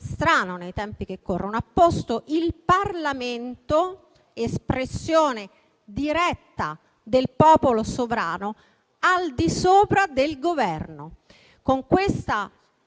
strano nei tempi che corrono, ha posto il Parlamento - espressione diretta del popolo sovrano - al di sopra del Governo. Con questa